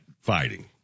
fighting